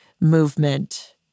movement